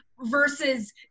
versus